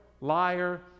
liar